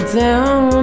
down